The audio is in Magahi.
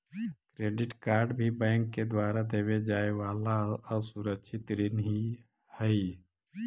क्रेडिट कार्ड भी बैंक के द्वारा देवे जाए वाला असुरक्षित ऋण ही हइ